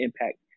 impact